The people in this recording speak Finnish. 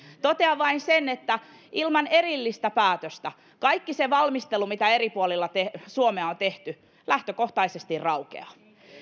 totean vain sen että ilman erillistä päätöstä kaikki se valmistelu mitä eri puolilla suomea on tehty lähtökohtaisesti raukeaa